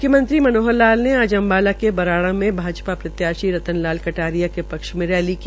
म्ख्यमंत्री मनोहर लाल ने आज अम्बाला के बराड़ा में भाजपा प्रत्याशी रतन लाल कटारिया के पक्षमें रैनी की